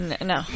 No